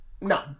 no